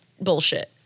bullshit